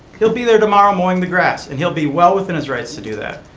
he'll be there tomorrow mowing the grass, and he'll be well within his rights to do that.